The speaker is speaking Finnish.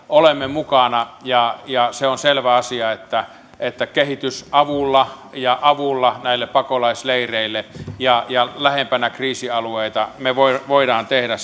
olemme mukana ja ja se on selvä asia että että kehitysavulla ja avulla näille pakolaisleireille ja ja lähempänä kriisialueita me voimme voimme tehdä